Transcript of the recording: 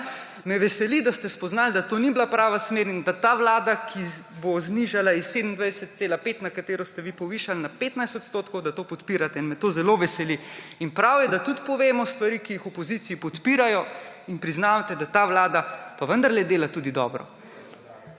me veseli, da ste spoznali, da to ni bila prava smer in da ta vlada, ki bo znižala s 27,5, na katero ste vi povišali, na 15 odstotkov, da to podpirate, in me to zelo veseli. In prav je, da tudi povemo stvari, ki jih v opoziciji podpirajo in priznavate, da ta vlada pa vendarle dela dobro.